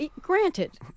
granted